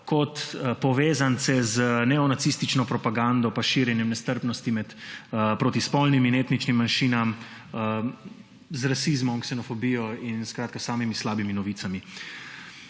kot povezance z neonacistično propagando pa širjenjem nestrpnosti proti spolnim in etničnim manjšinam, z rasizmom, ksenofobijo in skratka samimi slabimi novicami.